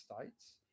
States